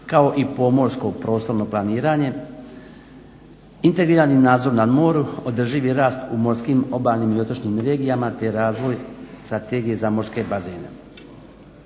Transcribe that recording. kao i pomorsko prostorno planiranje, integrirani nadzor na moru, održivi rast u morskim, obalnim i otočnim regijama te razvoj Strategije za morske bazene.